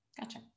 Gotcha